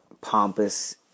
pompous